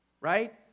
right